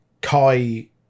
Kai